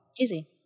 Easy